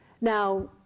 Now